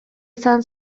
izan